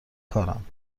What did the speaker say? کارم